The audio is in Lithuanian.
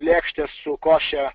lėkštes su koše